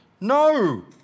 No